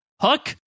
hook